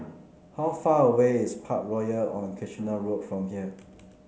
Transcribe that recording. how far away is Parkroyal on Kitchener Road from here